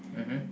mmhmm